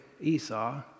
Esau